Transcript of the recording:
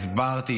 הסברתי,